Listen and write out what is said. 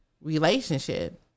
relationship